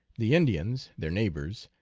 the indians, their neighbors,